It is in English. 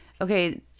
Okay